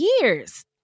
years